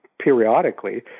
periodically